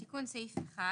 אני